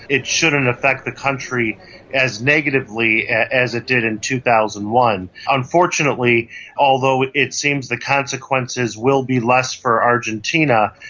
it shouldn't affect the country as negatively as it did in two thousand and one. unfortunately although it seems the consequences will be less for argentina,